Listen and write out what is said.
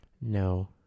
No